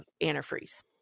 antifreeze